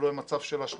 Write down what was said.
שלא יהיה מצב של השלכה,